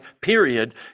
period